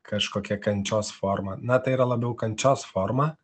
kažkokia kančios forma na tai yra labiau kančios forma